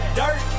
dirt